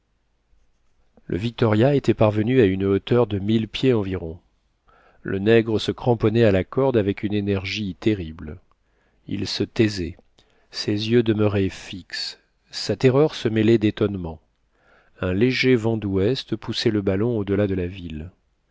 le victoria était parvenu à une hauteur de mille pieds environ le nègre se cramponnait à la corde avec une énergie terrible il se taisait ses yeux demeuraient fixes sa terreur se mêlait d'étonnement un léger vent d'ouest poussait le ballon au-delà de la ville